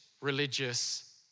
religious